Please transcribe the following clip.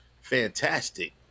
fantastic